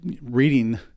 reading